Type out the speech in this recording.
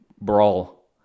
brawl